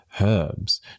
herbs